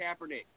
Kaepernick